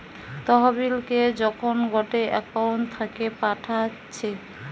তহবিলকে যখন গটে একউন্ট থাকে পাঠাচ্ছে